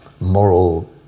moral